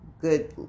good